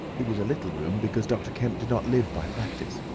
it was a little room, because dr. kemp did not live by practice,